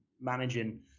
managing